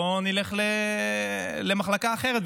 נלך למחלקה אחרת.